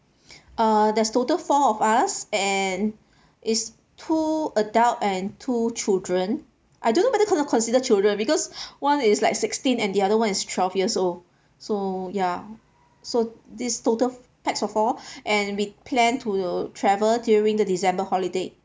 uh there's total four of us and it's two adult and two children I don't know whether cannot consider children because one is like sixteen and the other one is twelve years old so ya so this total pax of four and we plan to travel during the december holiday